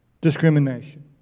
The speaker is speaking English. discrimination